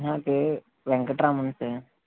నా పేరు వెంకటరమణ సార్